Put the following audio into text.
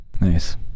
Nice